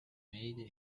made